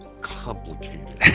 complicated